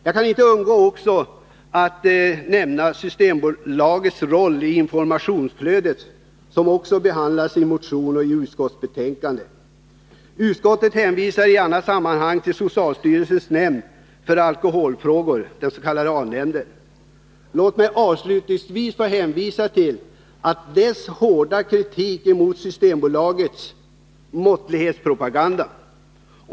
Jag kan inte heller underlåta att nämna Systembolagets roll i informationsflödet — den saken behandlas också i motion och utskottsbetänkande. Utskottet hänvisar i annat sammanhang till socialstyrelsens nämnd för alkoholfrågor, den s.k. A-nämnden. Låt mig avslutningsvis hänvisa till dess hårda kritik mot Systembolagets måttlighetspropaganda.